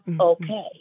okay